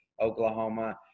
Oklahoma